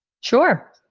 Sure